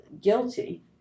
guilty